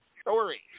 story